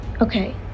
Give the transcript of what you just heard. Okay